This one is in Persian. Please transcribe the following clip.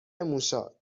موشا